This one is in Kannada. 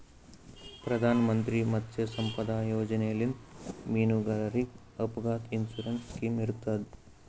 ಪ್ರಧಾನ್ ಮಂತ್ರಿ ಮತ್ಸ್ಯ ಸಂಪದಾ ಯೋಜನೆಲಿಂತ್ ಮೀನುಗಾರರಿಗ್ ಅಪಘಾತ್ ಇನ್ಸೂರೆನ್ಸ್ ಸ್ಕಿಮ್ ಇರ್ತದ್